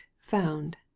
found